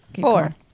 Four